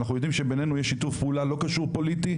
אני יודע שבינינו יש שיתוף פעולה לא קשור פוליטי.